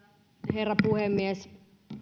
herra puhemies